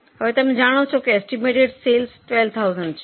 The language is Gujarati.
હવે તમે જાણો છો કે એસ્ટિમેટેડ સેલસ 12000 છે